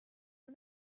eux